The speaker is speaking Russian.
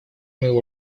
моего